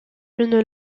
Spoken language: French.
une